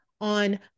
on